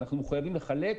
ואנחנו מחויבים לחלק,